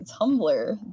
tumblr